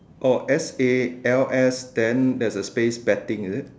oh S A L S then there's a space betting is it